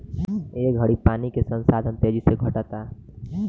ए घड़ी पानी के संसाधन तेजी से घटता